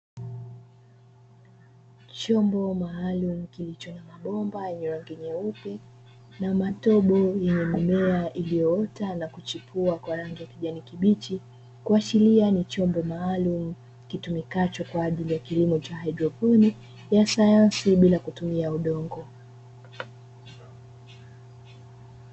Chombo maalumu kilicho na mabomba ya rangi nyeupe na matobo yenye mimea iliyoota na kuchipua kwa rangi ya kijani kibichi, kuashiria ni chombo kitumikacho kwa ajili ya kilimo cha haidroponi ya sayansi bila kutumia udongo.